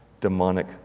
Demonic